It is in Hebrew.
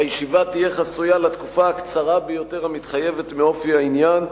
הישיבה תהיה חסויה לתקופה הקצרה ביותר המתחייבת מאופי העניין,